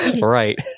right